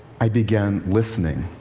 i began listening